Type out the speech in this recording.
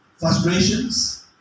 frustrations